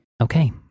Okay